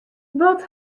wat